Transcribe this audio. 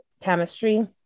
chemistry